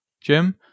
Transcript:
Jim